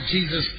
Jesus